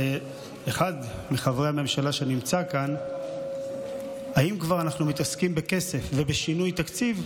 לאחד מחברי הממשלה שנמצא כאן: אם כבר אנחנו מתעסקים בכסף ובשינוי תקציב,